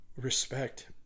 respect